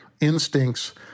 instincts